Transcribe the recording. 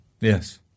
Yes